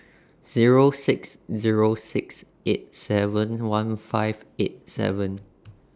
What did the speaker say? Zero six Zero six eight seven one five eight seven